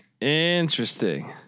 Interesting